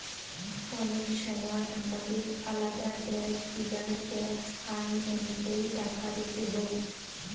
অনেক সময় হামাদের আলাদা দ্যাশ গিলার ট্যাক্স আইন অনুযায়ী টাকা দিতে হউ